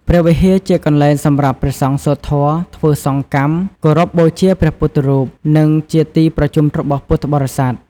ព្រះវិហារជាកន្លែងសម្រាប់ព្រះសង្ឃសូត្រធម៌ ធ្វើសង្ឃកម្ម គោរពបូជាព្រះពុទ្ធរូប និងជាទីប្រជុំរបស់ពុទ្ធបរិស័ទ។